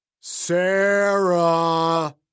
Sarah